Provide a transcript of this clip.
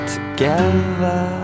Together